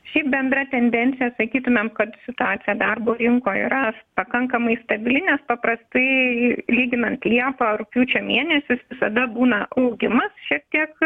šiaip bendra tendencija sakytumėm kad situacija darbo rinkoj yra pakankamai stabili nes paprastai lyginant liepą rugpjūčio mėnesius visada būna augimas šiek tiek